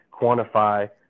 quantify